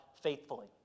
faithfully